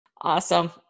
Awesome